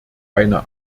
eine